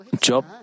Job